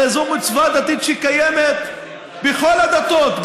הרי זאת מצווה דתית שקיימת בכל הדתות,